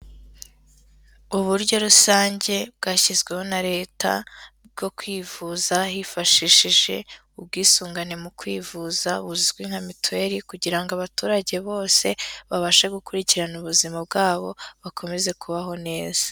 Uburyo rusange bwashyizweho na leta, bwo kwivuza hifashishije ubwisungane mu kwivuza buzwi nka mituweli kugira abaturage bose babashe gukurikirana ubuzima bwabo, bakomeze kubaho neza.